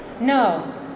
No